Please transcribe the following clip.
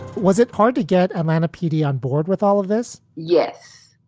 was it hard to get atlanta pd on board with all of this? yes,